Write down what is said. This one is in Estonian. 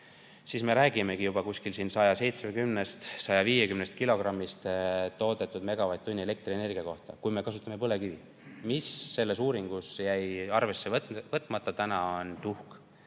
siis me räägimegi juba 150–170 kilogrammist toodetud megavatt-tunni elektrienergia kohta, kui me kasutame põlevkivi. Mis selles uuringus jäi arvesse võtmata, on tuhk.